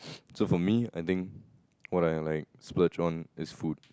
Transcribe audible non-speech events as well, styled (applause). (noise) so for me I think what I like super drawn is food